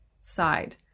side